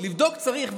לבדוק צריך,